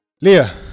Leah